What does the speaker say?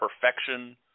perfection